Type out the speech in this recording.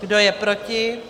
Kdo je proti?